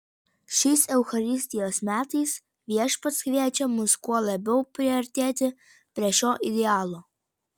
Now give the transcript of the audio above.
šiais eucharistijos metais viešpats kviečia mus kuo labiau priartėti prie šio idealo